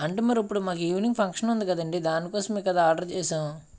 అంటే మరిప్పుడు మాకు ఈవెనింగ్ ఫంక్షన్ ఉంది కదండీ దానికోసమే కదా ఆర్డర్ చేశాము